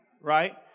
right